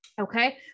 Okay